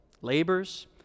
labors